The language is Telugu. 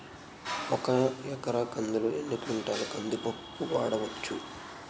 ఒక ఎకర కందిలో ఎన్ని క్వింటాల కంది పప్పును వాడచ్చు?